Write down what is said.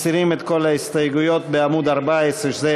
מסירים את כל ההסתייגויות בעמוד 14 שזה